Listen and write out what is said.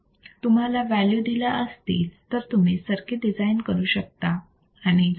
जर तुम्हाला व्हॅल्यू दिल्या असतील तर तुम्ही सर्किट डिझाईन करू शकता